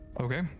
Okay